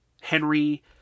Henry